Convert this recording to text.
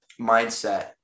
mindset